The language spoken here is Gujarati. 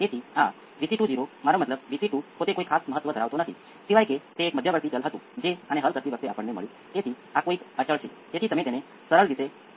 તેથી A 2 પણ A 1 સંયુક્ત હશે જેથી સમગ્ર અભિવ્યક્તિ રીઅલ હોય